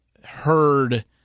heard